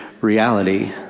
reality